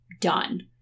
done